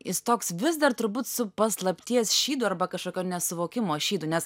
jis toks vis dar turbūt su paslapties šydu arba kažkokio nesuvokimo šydu nes